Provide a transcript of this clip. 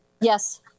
Yes